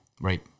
right